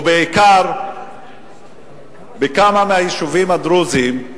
ובעיקר בכמה מהיישובים הדרוזיים,